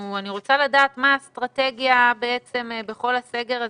אני רוצה דלעת מה האסטרטגיה בכל הסגר הזה.